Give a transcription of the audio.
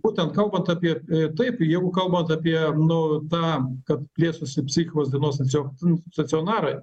būtent kalbant apie taip jeigu kalbant apie nu tą kad plėstųsi psichikos dienos stacion stacionarai